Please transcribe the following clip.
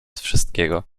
wszystkiego